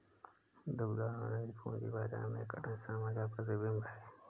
दुबला रणनीति पूंजी बाजार में कठिन समय का प्रतिबिंब है